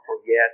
forget